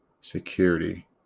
security